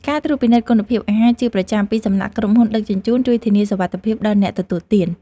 ការត្រួតពិនិត្យគុណភាពអាហារជាប្រចាំពីសំណាក់ក្រុមហ៊ុនដឹកជញ្ជូនជួយធានាសុវត្ថិភាពដល់អ្នកទទួលទាន។